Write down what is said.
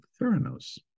Theranos